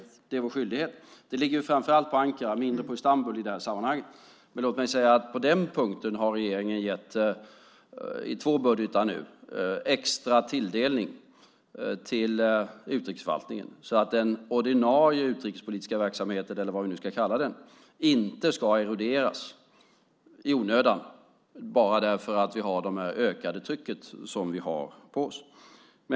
Det är vår skyldighet. Det ligger framför allt på Ankara och mindre på Istanbul i sammanhanget. På den punkten har regeringen nu i två budgetar gett extra tilldelning till utrikesförvaltningen så att den ordinarie politiska verksamheten, eller vad vi nu ska kalla den, inte ska eroderas i onödan bara för att vi har det ökade trycket på oss.